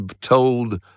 told